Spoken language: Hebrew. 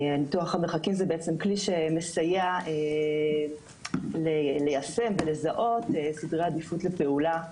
ניתוח המרחקים הוא בעצם כלי שמסייע ליישם ולזהות סדרי עדיפות לפעולה.